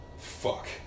Fuck